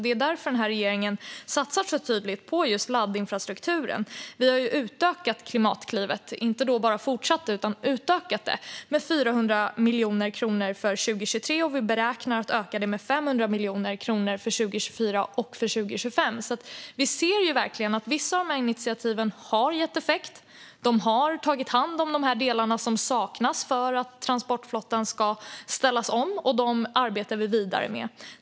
Det är därför regeringen satsar så tydligt på just laddinfrastrukturen. Vi har inte bara fortsatt Klimatklivet utan utökat det med 400 miljoner kronor för 2023. Vi beräknar att öka det med 500 miljoner kronor för 2024 och för 2025. Vi ser verkligen att vissa av initiativen har gett effekt. De har tagit hand om de delar som saknas för att transportflottan ska ställas om, och dem arbetar vi vidare med.